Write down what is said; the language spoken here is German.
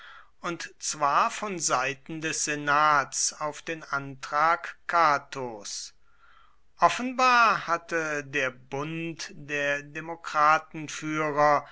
und zwar von seiten des senats auf den antrag catos offenbar hatte der bund der